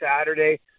Saturday